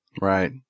right